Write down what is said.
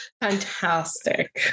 Fantastic